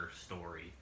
story